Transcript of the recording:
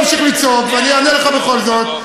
אתה יכול להמשיך לצעוק, ואני אענה לך בכל זאת.